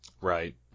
Right